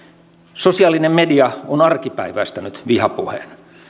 sosiaalinen media on arkipäiväistänyt vihapuheen